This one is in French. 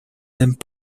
n’aiment